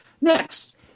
Next